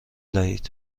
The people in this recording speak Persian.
دهید